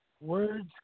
Words